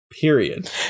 period